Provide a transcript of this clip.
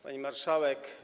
Pani Marszałek!